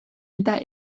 eta